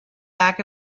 back